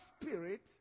spirit